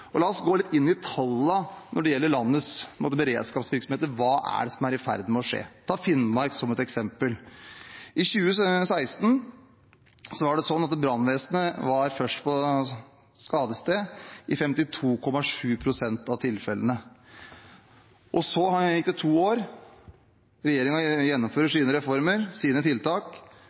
ambulansetjenesten. La oss gå litt inn i tallene når det gjelder landets beredskapsvirksomheter. Hva er det som er i ferd med å skje? Ta Finnmark som et eksempel. I 2016 var brannvesenet først på skadestedet i 52,7 pst. av tilfellene. Så gikk det to år, og regjeringen gjennomfører sine reformer, sine tiltak.